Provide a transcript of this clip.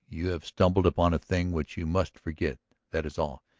you have stumbled upon a thing which you must forget that is all.